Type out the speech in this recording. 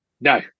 No